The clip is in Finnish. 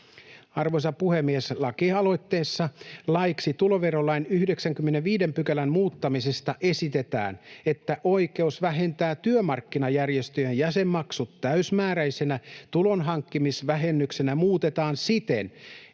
Arvoisa puhemies! Lakialoitteessa laiksi tuloverolain 95 §:n muuttamisesta esitetään, että oikeus vähentää työmarkkinajärjestöjen jäsenmaksut täysmääräisenä tulonhankkimisvähennyksenä muutetaan siten,